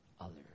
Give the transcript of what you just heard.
others